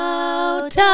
out